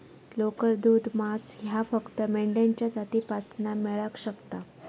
लोकर, दूध, मांस ह्या फक्त मेंढ्यांच्या जातीपासना मेळाक शकता